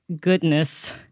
goodness